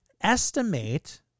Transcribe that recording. estimate